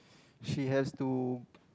she has to